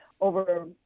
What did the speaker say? over